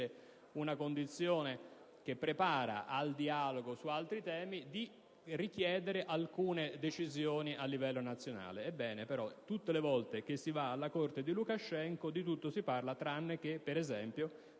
una condizione che prepara al dialogo su altri temi) e di richiedere alcune decisioni a livello nazionale. Ma tutte le volte che si va alla corte di Lukashenko di tutto si parla tranne che, per esempio,